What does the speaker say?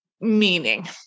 Meaning